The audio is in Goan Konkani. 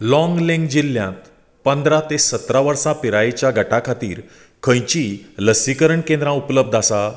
लाँगलेंग जिल्ल्यांत पंदरा ते सतरा वर्सा पिरायेच्या गटा खातीर खंयचींय लसीकरण केंद्रां उपलब्ध आसा